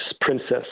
princess